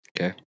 Okay